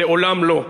לעולם לא,